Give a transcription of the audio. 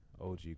OG